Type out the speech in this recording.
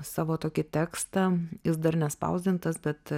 savo tokį tekstą jis dar nespausdintas bet